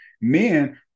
men